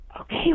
okay